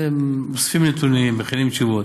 אוספים נתונים, מכינים תשובות.